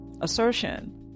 Assertion